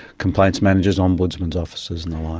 complaints managers, ombudsman officers